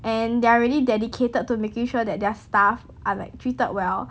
and they are really dedicated to making sure that their staff are like treated well